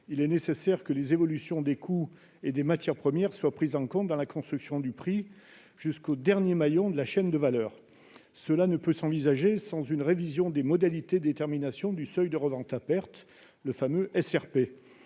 il est nécessaire que les évolutions des coûts et des matières premières soient prises en compte dans la construction du prix, du premier jusqu'au dernier maillon de la chaîne de valeur. Cela ne peut s'envisager sans une révision des modalités de détermination du seuil de revente à perte (SRP).